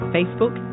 Facebook